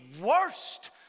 worst